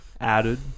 added